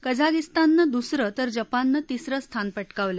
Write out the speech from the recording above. कझागिस्ताननं दुसरं तर जपाननं तीसरं स्थान पटकावलं